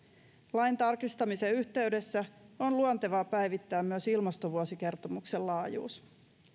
lain tarkistamisen yhteydessä on luontevaa päivittää myös ilmastovuosikertomuksen laajuus